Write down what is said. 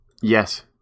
Yes